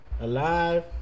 alive